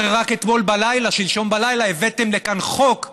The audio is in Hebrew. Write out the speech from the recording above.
הרי רק אתמול בלילה, שלשום בלילה, הבאתם לכאן חוק,